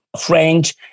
French